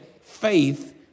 faith